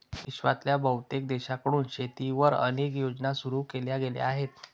विश्वातल्या बहुतेक देशांकडून शेतीवर अनेक योजना सुरू केल्या गेल्या आहेत